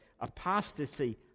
Apostasy